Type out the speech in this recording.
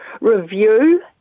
review